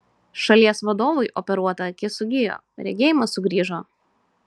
šalies vadovui operuota akis sugijo regėjimas sugrįžo